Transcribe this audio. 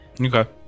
Okay